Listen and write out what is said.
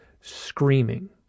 screaming